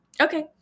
Okay